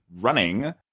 running